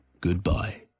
goodbye